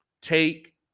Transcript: take